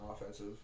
offensive